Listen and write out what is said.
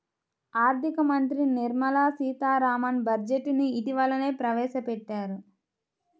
ఆర్ధిక మంత్రి నిర్మలా సీతారామన్ బడ్జెట్ ను ఇటీవలనే ప్రవేశపెట్టారు